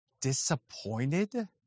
disappointed